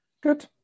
Good